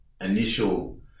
initial